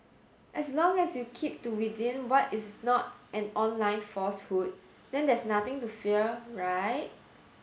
as long as you keep to within what is not an online falsehood then there's nothing to fear right